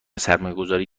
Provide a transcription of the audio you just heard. سرمایهگذاری